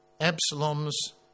Absalom's